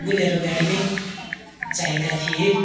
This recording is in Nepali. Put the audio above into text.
बुलेरो गाडी नै चाहिएका थिएँ